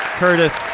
curtis